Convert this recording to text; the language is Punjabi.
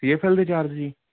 ਦੇ ਚਾਰਜ ਜੀ